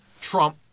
Trump